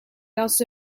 also